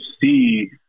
see